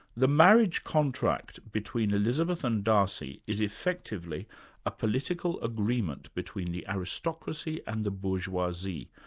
the marriage contract between elizabeth and darcy is effectively a political agreement between the aristocracy and the bourgeoisie,